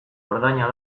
ordaina